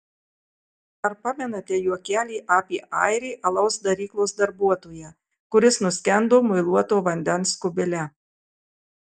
ar pamenate juokelį apie airį alaus daryklos darbuotoją kuris nuskendo muiluoto vandens kubile